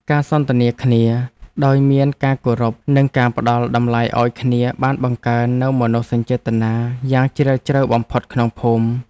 ការសន្ទនាគ្នាដោយមានការគោរព និងការផ្ដល់តម្លៃឱ្យគ្នាបានបង្កើននូវមនោសញ្ចេតនាយ៉ាងជ្រាលជ្រៅបំផុតក្នុងភូមិ។